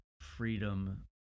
freedom